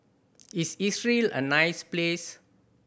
is Israel a nice place